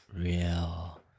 real